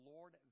Lord